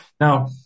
Now